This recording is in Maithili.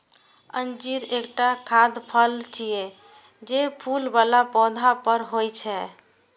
अंजीर एकटा खाद्य फल छियै, जे फूल बला पौधा पर होइ छै